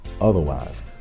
Otherwise